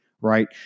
right